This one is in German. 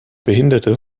behinderte